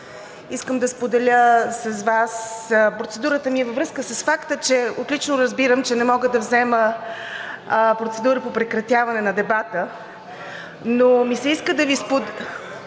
Искам да споделя с Вас… Процедурата ми е във връзка с факта, че отлично разбирам, че не мога да взема процедура по прекратяване на дебата (шум и реплики: